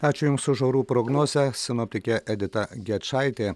ačiū jums už orų prognozę sinoptikė edita gečaitė